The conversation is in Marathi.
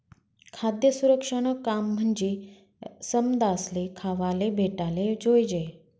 खाद्य सुरक्षानं काम म्हंजी समदासले खावाले भेटाले जोयजे